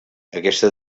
aquesta